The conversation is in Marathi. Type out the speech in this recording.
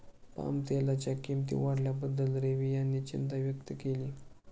पामतेलाच्या किंमती वाढल्याबद्दल रवी यांनी चिंता व्यक्त केली